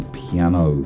piano